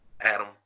Adam